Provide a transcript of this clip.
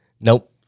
Nope